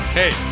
hey